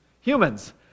Humans